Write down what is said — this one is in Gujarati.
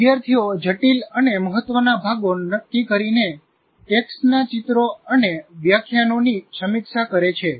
વિદ્યાર્થીઓ જટિલ અને મહત્વના ભાગો નક્કી કરીને ટેક્સ્ટના ચિત્રો અને વ્યાખ્યાનોની સમીક્ષા કરે છે